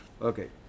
Okay